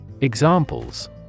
Examples